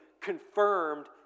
confirmed